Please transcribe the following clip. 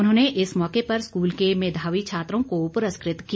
उन्होंने इस मौके पर स्कूल के मेधावी छात्रों को पुरस्कृत किया